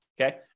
Okay